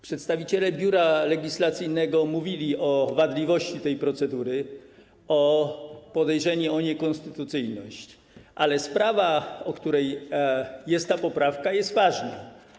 Przedstawiciele Biura Legislacyjnego mówili o wadliwości tej procedury, o podejrzeniu o niekonstytucyjność, ale sprawa, której dotyczy ta poprawka, jest ważna.